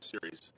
series